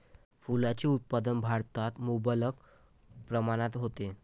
फुलांचे उत्पादन भारतात मुबलक प्रमाणात होते